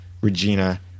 Regina